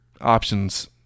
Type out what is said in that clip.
Options